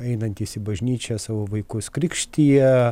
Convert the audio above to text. einantys į bažnyčią savo vaikus krikštija